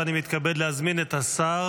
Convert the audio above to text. ואני מתכבד להזמין את השר